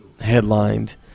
headlined